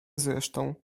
zresztą